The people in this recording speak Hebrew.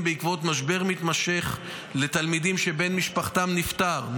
בעקבות משבר מתמשך לתלמידים שבן משפחתם נפטר,